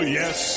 yes